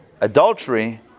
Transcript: adultery